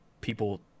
people